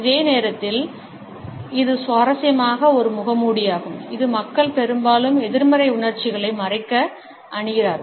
அதே நேரத்தில் இது சுவாரஸ்யமாக ஒரு முகமூடியாகும் இது மக்கள் பெரும்பாலும் எதிர்மறை உணர்ச்சிகளை மறைக்க அணியிறார்கள்